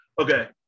okay